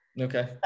Okay